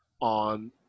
on